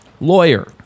Lawyer